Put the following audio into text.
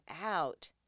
out